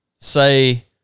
say